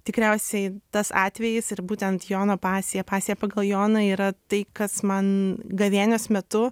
tikriausiai tas atvejis ir būtent jono pasija pasija pagal joną yra tai kas man gavėnios metu